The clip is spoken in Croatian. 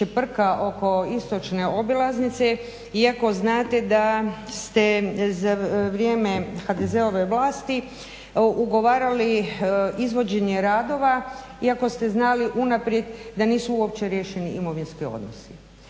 čeprka oko istočne obilaznice iako znate da ste za vrijeme HDZ-ove vlasti ugovarali izvođenje radova iako ste znali unaprijed da nisu uopće riješeni imovinski odnosi.